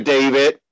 David